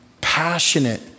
passionate